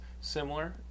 Similar